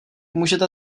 můžete